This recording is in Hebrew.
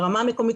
ברמה המקומית,